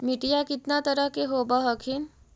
मिट्टीया कितना तरह के होब हखिन?